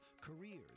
careers